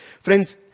Friends